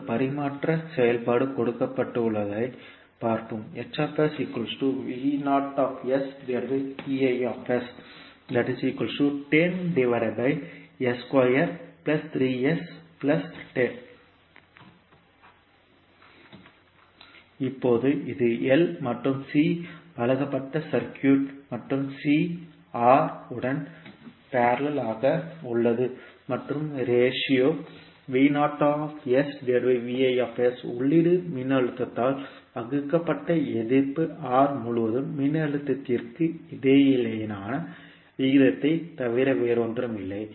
ஒரு பரிமாற்ற செயல்பாடு கொடுக்கப்பட்டுள்ளதைப் பார்ப்போம் இப்போது இது L மற்றும் C வழங்கப்பட்ட சர்க்யூட் மற்றும் C R உடன் பேரலல் ஆக உள்ளது மற்றும் ரேஷியோ உள்ளீடு மின்னழுத்தத்தால் வகுக்கப்பட்ட எதிர்ப்பு R முழுவதும் மின்னழுத்தத்திற்கு இடையிலான விகிதத்தைத் தவிர வேறில்லை